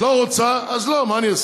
את לא רוצה, אז לא, מה אני אעשה.